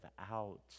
out